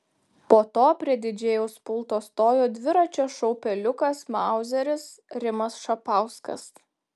po to prie didžėjaus pulto stojo dviračio šou peliukas mauzeris rimas šapauskas